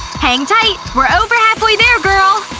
hang tight, we're over halfway there, girl!